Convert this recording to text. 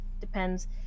depends